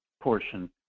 portion